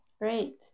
great